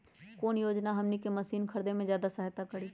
कौन योजना हमनी के मशीन के खरीद में ज्यादा सहायता करी?